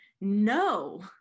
no